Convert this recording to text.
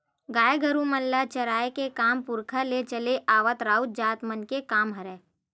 गाय गरु मन ल चराए के काम पुरखा ले चले आवत राउत जात मन के काम हरय